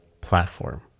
platform